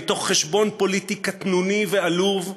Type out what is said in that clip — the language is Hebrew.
מתוך חשבון פוליטי קטנוני ועלוב,